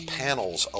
panels